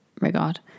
regard